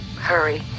Hurry